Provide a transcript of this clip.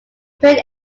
print